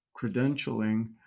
credentialing